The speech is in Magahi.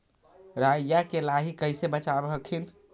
राईया के लाहि कैसे बचाब हखिन?